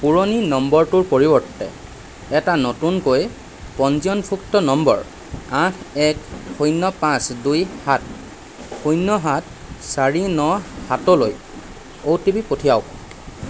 পুৰণি নম্বৰটোৰ পৰিৱৰ্তে এটা নতুনকৈ পঞ্জীয়নভূক্ত নম্বৰ আঠ এক শূন্য পাঁচ দুই সাত শূন্য সাত চাৰি ন সাতলৈ অ' টি পি পঠিয়াওঁক